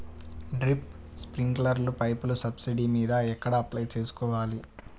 Drip, స్ప్రింకర్లు పైపులు subsidy మీద ఎక్కడ అప్లై చేసుకోవాలి?